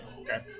Okay